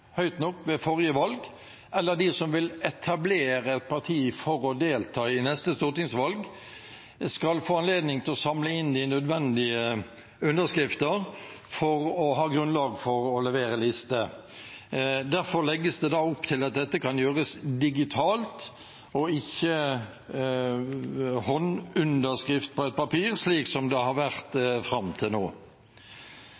ved forrige valg, eller de som vil etablere parti for å delta i neste stortingsvalg, skal få anledning til å samle inn de nødvendige underskrifter for å ha grunnlag for å levere liste. Derfor legges det opp til at dette kan gjøres digitalt og ikke ved håndunderskrift på et papir, slik som det har vært